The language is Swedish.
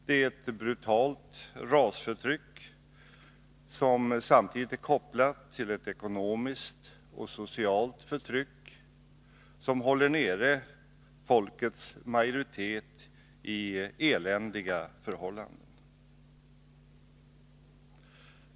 Det är ett brutalt rasförtyck, som samtidigt är kopplat till ett ekonomiskt och socialt förtryck, vilket håller hela folkets majoritet i eländiga förhållanden.